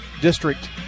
District